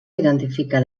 identifica